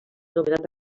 nomenat